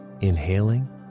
inhaling